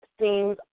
seems